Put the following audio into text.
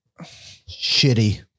Shitty